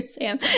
sam